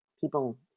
People